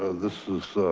ah this is